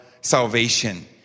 salvation